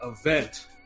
event